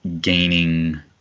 gaining